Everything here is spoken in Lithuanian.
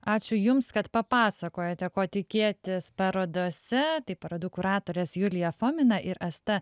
ačiū jums kad papasakojote ko tikėtis parodose tai parodų kuratorės julija fomina ir asta